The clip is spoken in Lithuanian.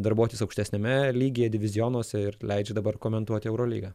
darbuotis aukštesniame lygyje divizionuose ir leidžia dabar komentuoti eurolygą